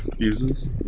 Fuses